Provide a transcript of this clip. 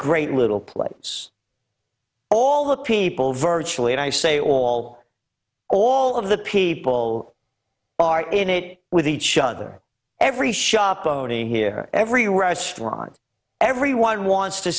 great little plates all the people virtually and i say all all of the people are in it with each other every shop ot here every restaurant everyone wants to